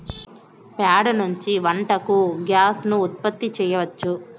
ప్యాడ నుంచి వంటకు గ్యాస్ ను ఉత్పత్తి చేయచ్చు